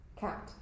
Count